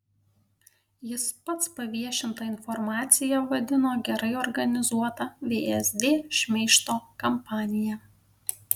jis pats paviešintą informaciją vadino gerai organizuota vsd šmeižto kampanija